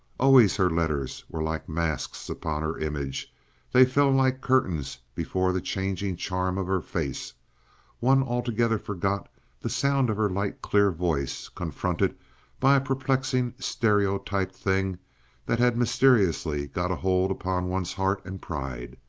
always her letters were like masks upon her image they fell like curtains before the changing charm of her face one altogether forgot the sound of her light clear voice, confronted by a perplexing stereotyped thing that had mysteriously got a hold upon one's heart and pride.